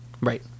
Right